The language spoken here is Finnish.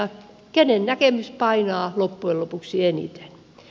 kenen näkemys painaa loppujen lopuksi eniten